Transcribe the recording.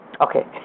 Okay